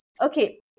Okay